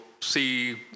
see